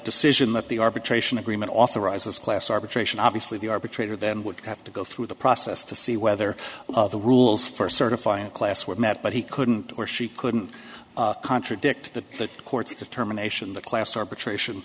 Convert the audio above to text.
decision that the arbitration agreement authorizes class arbitration obviously the arbitrator then would have to go through the process to see whether the rules for certifying a class were met but he couldn't or she couldn't contradict that the court's determination that class arbitration